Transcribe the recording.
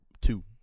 two